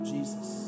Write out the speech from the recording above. Jesus